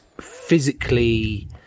physically